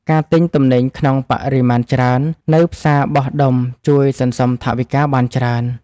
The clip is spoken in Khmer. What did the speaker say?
ការទិញទំនិញក្នុងបរិមាណច្រើន នៅផ្សារបោះដុំជួយសន្សំថវិកាបានច្រើន។